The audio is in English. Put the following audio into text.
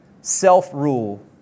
self-rule